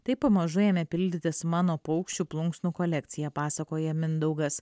taip pamažu ėmė pildytis mano paukščių plunksnų kolekcija pasakoja mindaugas